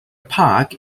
park